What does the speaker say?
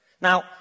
Now